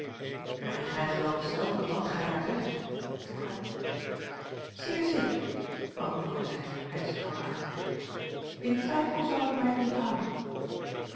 en gij gelooft zelve wàt gij daar zegt vroeg hij zeer zeker antwoordde zij met ijskoude hardheid in twijfel zou ik mij onthouden